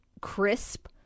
crisp